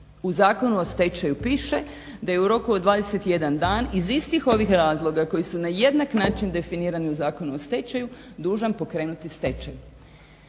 U Zakonu o stečaju piše da je u roku od 21 dan iz istih ovih razloga koji su na jednak način definirani u Zakonu o stečaju, dužan pokrenuti stečaj.